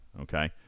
Okay